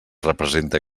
representa